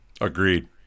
Agreed